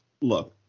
Look